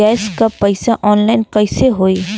Gas क पैसा online कइसे होई?